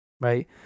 right